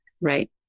right